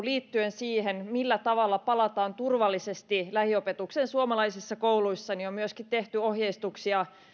liittyen siihen millä tavalla palataan turvallisesti lähiopetukseen suomalaisissa kouluissa on myöskin tehty ohjeistuksia